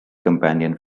companion